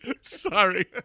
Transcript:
Sorry